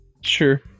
Sure